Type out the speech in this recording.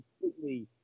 completely